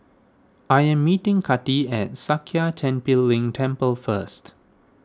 I am meeting Kati at Sakya Tenphel Ling Temple first